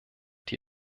die